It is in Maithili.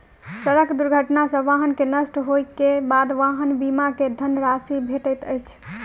सड़क दुर्घटना सॅ वाहन के नष्ट होइ के बाद वाहन बीमा के धन राशि भेटैत अछि